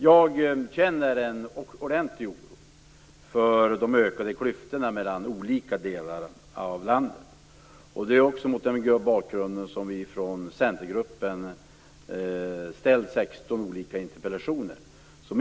Jag känner dock en ordentlig oro för de ökade klyftorna mellan olika delar av landet, och det är också mot den bakgrunden som vi från centergruppen framställt 16 interpellationer.